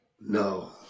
No